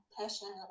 passionate